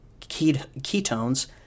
ketones